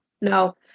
no